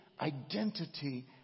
identity